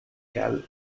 kel